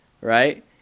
Right